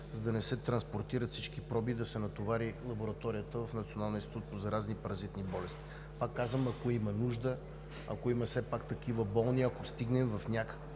за да не се транспортират всички проби и да се натовари лабораторията в Националния институт по заразни и паразитни болести. Пак казвам, ако има нужда, ако има все пак такива болни, ако стигнем в някакъв